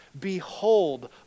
behold